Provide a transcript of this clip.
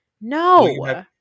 No